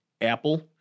Apple